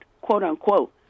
quote-unquote